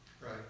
right